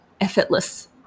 effortless